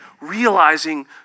realizing